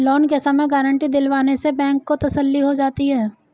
loan के समय guarantee दिलवाने से बैंक को तसल्ली हो जाती है